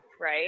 right